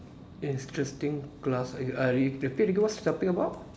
interesting class I I repeat again what's the topic about